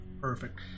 Perfect